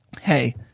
hey